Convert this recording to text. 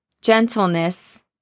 gentleness